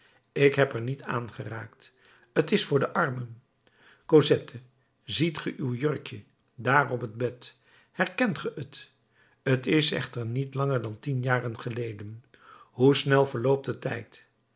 ik heb er niet aangeraakt t is voor de armen cosette ziet ge uw jurkje dààr op het bed herkent ge het t is echter niet langer dan tien jaren geleden hoe snel verloopt de tijd